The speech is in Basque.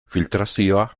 filtrazioa